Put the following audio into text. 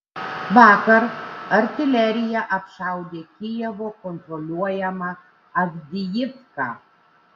vakar artilerija apšaudė kijevo kontroliuojamą avdijivką